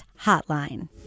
Hotline